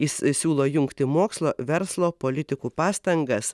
jis siūlo jungti mokslo verslo politikų pastangas